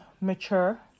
mature